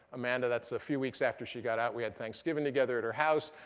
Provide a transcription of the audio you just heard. amanda, that's a few weeks after she got out. we had thanksgiving together at her house.